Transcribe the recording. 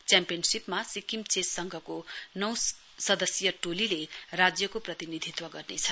च्याम्पियनशीपामा Sikkim chess संघको नौ सय टोलीले राज्यको प्रतिनिधित्व गर्नेछ